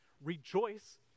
rejoice